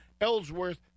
Ellsworth